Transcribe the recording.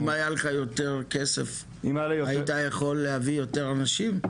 אם היה לך יותר כסף, היית יכול להביא יותר אנשים?